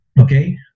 Okay